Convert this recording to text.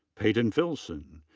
payotn filson.